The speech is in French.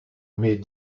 mais